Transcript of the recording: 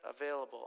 available